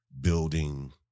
building